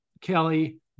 Kelly